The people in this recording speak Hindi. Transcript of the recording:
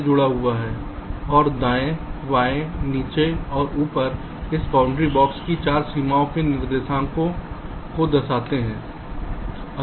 से जुड़े हुए हैं और बाएं दाएं नीचे और ऊपर इस बाउंडिंग बॉक्स की 4 सीमाओं के निर्देशांक को दर्शाते हैं